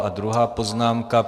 A druhá poznámka.